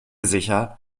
sicher